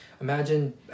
Imagine